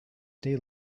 day